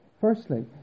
Firstly